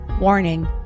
Warning